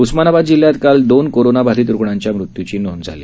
उस्मानाबा जिल्ह्यात काल ोन कोरोनाबाधित रुग्णांच्या मृत्यूची नों झाली